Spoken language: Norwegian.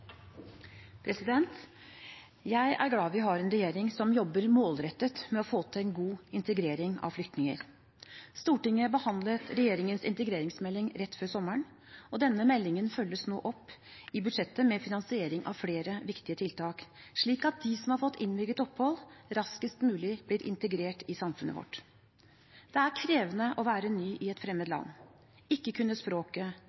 vi har en regjering som jobber målrettet med å få til en god integrering av flyktninger. Stortinget behandlet regjeringens integreringsmelding rett før sommeren. Denne meldingen følges nå opp i budsjettet, med finansiering av flere viktige tiltak, slik at de som har fått innvilget opphold, raskest mulig blir integrert i samfunnet vårt. Det er krevende å være ny i et fremmed land, ikke kunne språket,